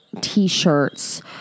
T-shirts